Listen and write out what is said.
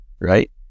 right